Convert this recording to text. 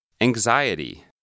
Anxiety